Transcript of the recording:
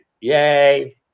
Yay